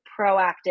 proactive